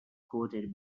quoted